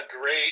great